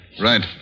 Right